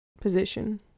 position